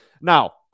Now